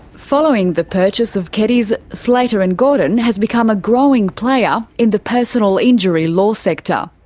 following the purchase of keddies, slater and gordon has become a growing player in the personal injury law sector.